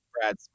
Brad